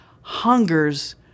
hungers